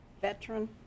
veteran